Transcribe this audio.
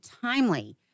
timely